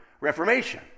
Reformation